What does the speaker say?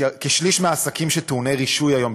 כשליש מהעסקים שהם טעוני רישוי היום,